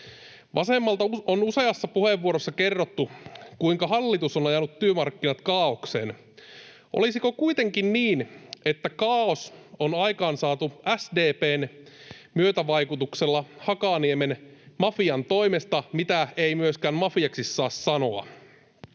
Vasemmalta on useassa puheenvuorossa kerrottu, kuinka hallitus on ajanut työmarkkinat kaaokseen. Olisiko kuitenkin niin, että kaaos on aikaansaatu SDP:n myötävaikutuksella Hakaniemen mafian toimesta, mitä ei myöskään mafiaksi saa sanoa.